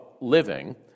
living